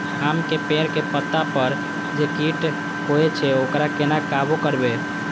आम के पेड़ के पत्ता पर जे कीट होय छे वकरा केना काबू करबे?